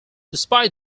despite